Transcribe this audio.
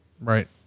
Right